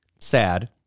sad